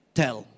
tell